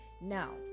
now